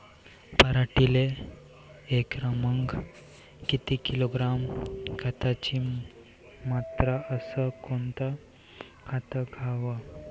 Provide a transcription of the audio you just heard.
पराटीले एकरामागं किती किलोग्रॅम खताची मात्रा अस कोतं खात द्याव?